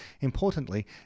Importantly